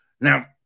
Now